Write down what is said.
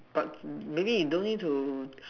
but maybe you don't need to